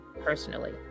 personally